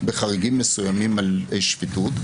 בחריגים מסוימים על שפיטות,